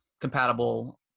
compatible